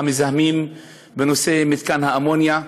שיוצאות לעבודה,